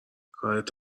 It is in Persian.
کارت